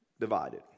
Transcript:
Divided